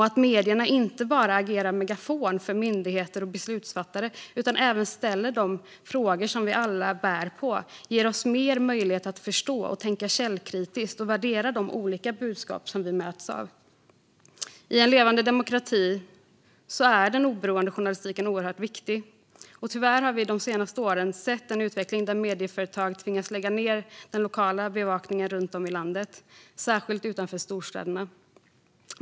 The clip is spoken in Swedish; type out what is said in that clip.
Att medierna inte bara agerar megafon för myndigheter och beslutsfattare utan även ställer de frågor som vi alla bär på ger oss även större möjlighet att förstå, tänka källkritiskt och värdera de olika budskap vi möts av. I en levande demokrati är den oberoende journalistiken oerhört viktig. Tyvärr har vi de senaste åren sett en utveckling mot att medieföretag tvingas lägga ned den lokala bevakningen runt om i landet, särskilt utanför storstäderna.